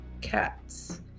cats